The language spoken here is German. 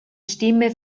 stimme